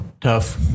Tough